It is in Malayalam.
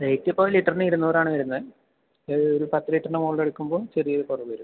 റേറ്റ് ഇപ്പോൾ ലിറ്ററിന് ഇരുന്നൂറ് ആണ് വരുന്നത് അത് ഒരു പത്ത് ലിറ്ററിന് മുകളിൽ എടുക്കുമ്പം ചെറിയ ഒരു കുറവ് വരും